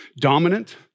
dominant